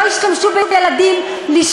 שלא ישתמשו בילדים לערוף ראשים,